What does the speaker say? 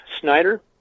Snyder